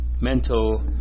mental